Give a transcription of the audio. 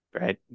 right